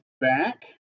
back